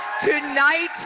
tonight